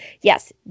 yes